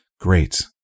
Great